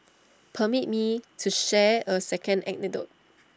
permit me to share A second anecdote